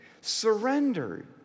surrendered